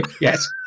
yes